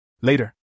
Later